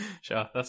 Sure